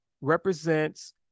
represents